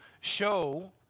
show